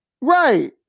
Right